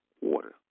water